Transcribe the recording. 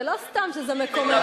זה לא סתם שזה מקומם,